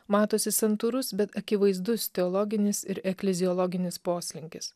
matosi santūrus bet akivaizdus teologinis ir ekleziologinis poslinkis